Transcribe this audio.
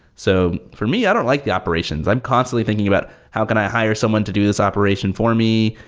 so for me, i don't like the operations. i'm constantly thinking about how can i hire someone to do this operation for me.